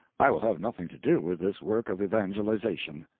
i will have nothing to do with this work of evangelization.